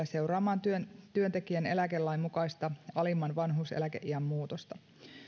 seuraamaan työntekijän eläkelain mukaista alimman vanhuuseläkeiän muutosta